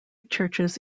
churches